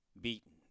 Beaten